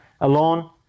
alone